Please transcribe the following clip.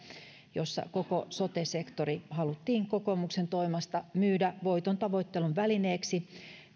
jossa koko sote sektori haluttiin kokoomuksen toimesta myydä voitontavoittelun välineeksi